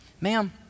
ma'am